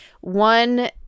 one